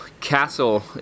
castle